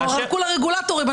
אנחנו כולה רגולטורים.